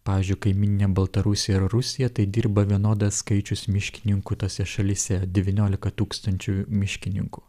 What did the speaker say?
pavyzdžiui kaimyninėm baltarusija ir rusija tai dirba vienodas skaičius miškininkų tose šalyse devyniolika tūkstančių miškininkų